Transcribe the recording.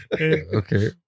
Okay